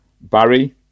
Barry